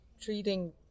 treating